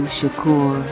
Shakur